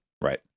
Right